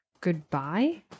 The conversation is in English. Goodbye